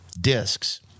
discs